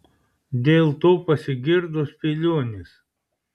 dėl to pasigirdo spėlionės